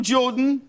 Jordan